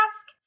ask